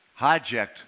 hijacked